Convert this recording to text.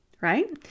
right